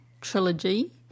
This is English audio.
trilogy